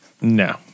no